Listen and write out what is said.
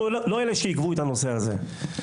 אנחנו לא אלה שעיכבו את הנושא הזה.